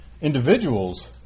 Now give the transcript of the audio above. Individuals